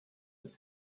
des